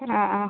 അ ആ